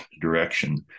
direction